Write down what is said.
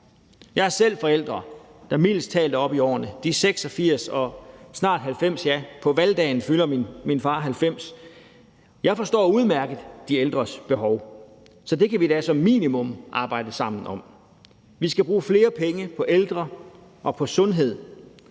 Jeg har selv forældre, der mildest talt er oppe i årene. De er henholdsvis 86 år og snart 90 år – ja, på valgdagen fylder min far 90 år. Jeg forstår udmærket de ældres behov, så det kan vi da som minimum arbejde sammen om. Vi skal bruge flere penge på ældre og på sundhed,